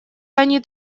они